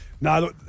No